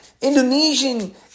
Indonesian